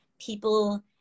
people